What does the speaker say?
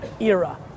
era